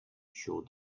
show